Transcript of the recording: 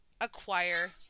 acquire